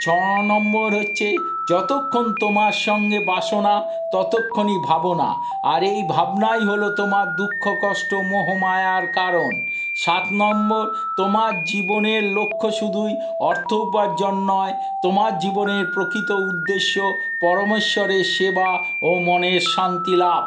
ছ নম্বর হচ্ছে যতক্ষণ তোমার সঙ্গে বাসনা ততক্ষনই ভাবনা আর এই ভাবনাই হলো তোমার দুঃখ কষ্ট মোহ মায়ার কারণ সাত নম্বর তোমার জীবনের লক্ষ্য শুধুই অর্থ উপার্জন নয় তোমার জীবনের প্রকৃত উদ্দেশ্য পরমেশ্বরের সেবা ও মনের শান্তি লাভ